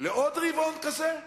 לעוד רבעון כזה?